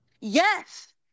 Yes